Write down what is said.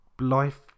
life